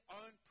own